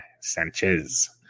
Sanchez